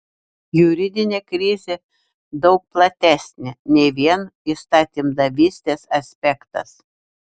juridinė krizė daug platesnė nei vien įstatymdavystės aspektas